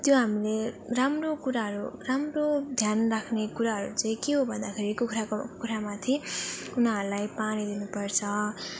त्यो हामीले राम्रो कुराहरू राम्रो ध्यान राख्ने कुराहरू चाहिँ के हो भन्दाखेरि कुखुराको कुखुरामाथि उनीहरूलाई पानी दिनु पर्छ